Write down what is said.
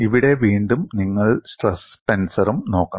ഇവിടെ വീണ്ടും നിങ്ങൾ സ്ട്രെസ് ടെൻസറും നോക്കണം